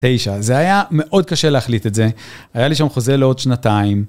תשע, זה היה מאוד קשה להחליט את זה, היה לי שם חוזה לעוד שנתיים.